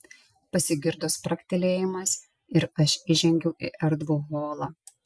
pasigirdo spragtelėjimas ir aš įžengiau į erdvų holą